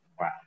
Wow